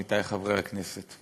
עמיתי חברי הכנסת,